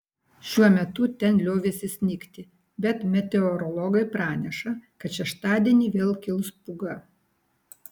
šiuo metu ten liovėsi snigti bet meteorologai praneša kad šeštadienį vėl kils pūga